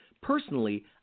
Personally